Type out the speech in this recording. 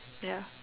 ya